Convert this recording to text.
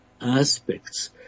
aspects